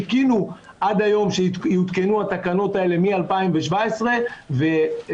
חיכינו עד היום שיותקנו התקנות האלה מ-2017 והגיעה